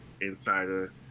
Insider